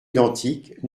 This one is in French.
identiques